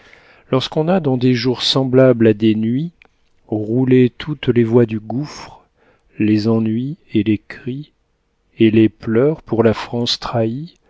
lorsqu'on a dans des jours semblables à des nuits roulé toutes les voix du gouffre les ennuis et les cris et les pleurs pour la france trahie